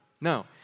No